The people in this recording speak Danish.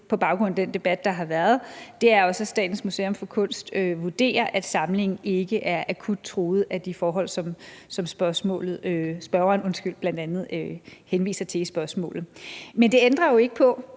på baggrund af den debat, der har været, er jo så, at samlingen ikke er akut truet af de forhold, som spørgeren bl.a. henviser til i spørgsmålet. Men det ændrer jo ikke på